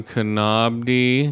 Kanabdi